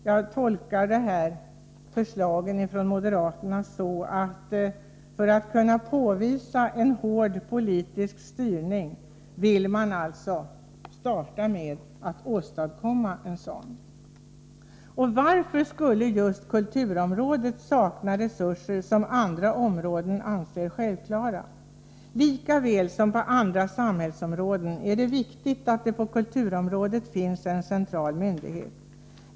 Jag tolkar detta förslag från moderaterna som så att man, för att kunna påvisa en hård politisk styrning, alltså vill starta med att åstadkomma en sådan. Varför skall just kulturområdet sakna resurser som andra områden anser självklara? Lika väl som på andra samhällsområden är det viktigt att det på kulturområdet finns en central myndighet.